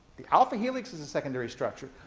the alpha helix is a secondary structure,